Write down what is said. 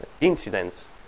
incidents